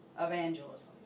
evangelism